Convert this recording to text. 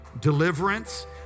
deliverance